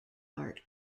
art